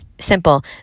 simple